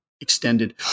extended